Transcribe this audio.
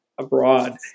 abroad